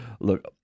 Look